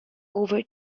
over